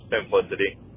simplicity